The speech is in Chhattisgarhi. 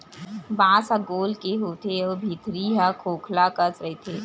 बांस ह गोल के होथे अउ भीतरी ह खोखला कस रहिथे